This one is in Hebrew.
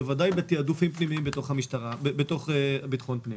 בוודאי בתיעדופים פנימיים בתוך בטחון הפנים.